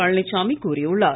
பழனிச்சாமி கூறியுள்ளார்